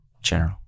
general